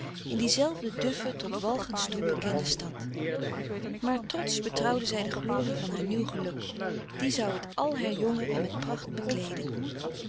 in diezelfde duffe tot walgens toe bekende stad maar trotsch betrouwde zij de glorie van haar nieuw geluk die zou het al herjongen en met pracht bekleeden